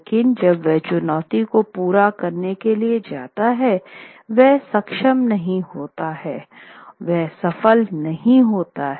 लेकिन जब वह चुनौती को पूरा करने के लिए जाता है वह सक्षम नहीं होता है वह सफल नहीं होता है